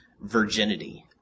virginity